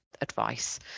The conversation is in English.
advice